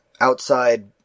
outside